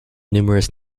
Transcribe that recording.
numerous